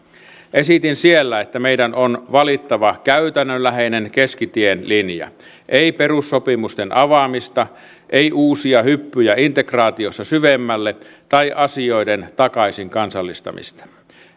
esitin siellä että meidän on valittava käytännönläheinen keskitien linja ei perussopimusten avaamista ei uusia hyppyjä integraatiossa syvemmälle tai asioiden takaisin kansallistamista